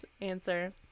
answer